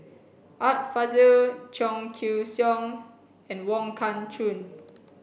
Art Fazil Cheong Siew Keong and Wong Kah Chun